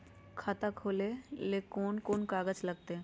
खाता खोले ले कौन कौन कागज लगतै?